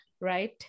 right